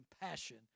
compassion